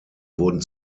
wurden